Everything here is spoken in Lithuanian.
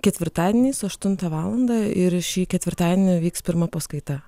ketvirtadieniais aštuntą valandą ir šį ketvirtadienį vyks pirma paskaita